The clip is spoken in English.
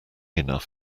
enough